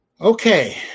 Okay